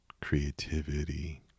creativity